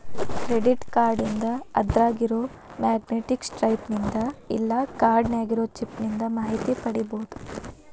credit ಕಾರ್ಡ್ನಿಂದ ಅದ್ರಾಗಿರೊ magnetic stripe ನಿಂದ ಇಲ್ಲಾ ಕಾರ್ಡ್ ನ್ಯಾಗಿರೊ ಚಿಪ್ ನಿಂದ ಮಾಹಿತಿ ಪಡಿಬೋದು